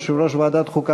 יושב-ראש ועדת החוקה,